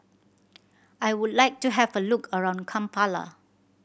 I would like to have a look around Kampala